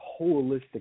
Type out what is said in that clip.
holistic